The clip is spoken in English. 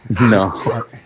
No